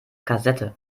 kassette